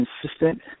consistent